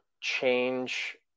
change